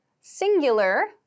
singular